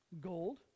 Gold